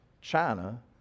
China